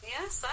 Yes